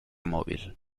móvil